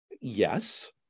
Yes